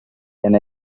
and